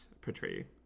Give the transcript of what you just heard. portray